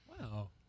wow